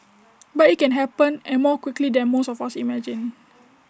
but IT can happen and more quickly than most of us imagine